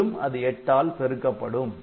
மேலும் அது எட்டால் பெருக்கப்படும்